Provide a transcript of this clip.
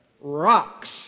Rocks